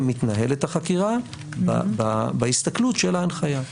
מתנהלת החקירה בהסתכלות של ההנחיה.